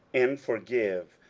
and forgive,